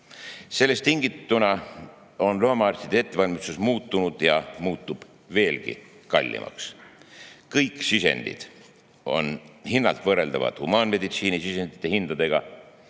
Sellest tingituna on loomaarstide ettevalmistus muutunud ja muutub veelgi kallimaks. Kõik sisendid on hinnalt võrreldavad humaanmeditsiini sisendite hindadega,